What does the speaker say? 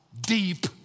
deep